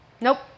Nope